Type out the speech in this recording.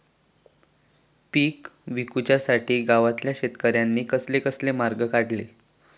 पीक विकुच्यासाठी गावातल्या शेतकऱ्यांनी कसले कसले मार्ग काढले?